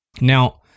Now